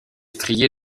strié